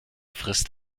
frisst